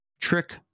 trick